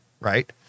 right